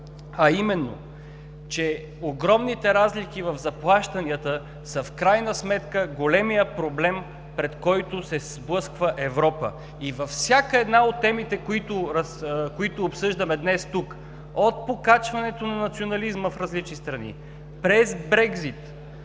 а именно, че огромните разлики в заплащанията са в крайна сметка големия проблем, пред който се сблъсква Европа, и във всяка една от темите, които обсъждаме днес тук – от покачването на национализма в различни страни, през Брекзит